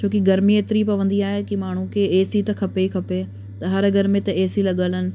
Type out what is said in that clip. छो कि गर्मी हेतिरी पवंदी आहे कि माण्हू खे ए सी त खपे ई खपे त हर घर में त ए सी लॻल आहिनि